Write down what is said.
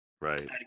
Right